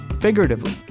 figuratively